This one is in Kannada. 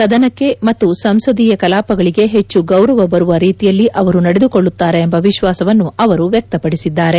ಸದನಕ್ಕೆ ಮತ್ತು ಸಂಸದೀಯ ಕಲಾಪಗಳಿಗೆ ಹೆಚ್ಚು ಗೌರವ ಬರುವ ರೀತಿಯಲ್ಲಿ ಅವರು ನಡೆದುಕೊಳ್ಳುತ್ತಾರೆ ಎಂಬ ವಿಶ್ವಾಸವನ್ನು ಅವರು ವ್ಯಕ್ತಪಡಿಸಿದ್ದಾರೆ